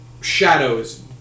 shadows